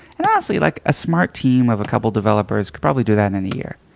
and honestly, like a smart team of a couple developers could probably do that in a year.